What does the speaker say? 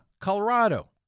Colorado